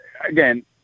again